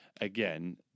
again